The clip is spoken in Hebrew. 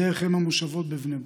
בדרך אם המושבות בבני ברק,